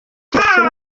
igiciro